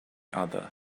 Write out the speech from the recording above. other